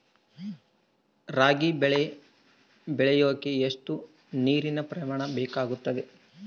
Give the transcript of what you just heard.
ರಾಗಿ ಬೆಳೆ ಬೆಳೆಯೋಕೆ ಎಷ್ಟು ನೇರಿನ ಪ್ರಮಾಣ ಬೇಕಾಗುತ್ತದೆ?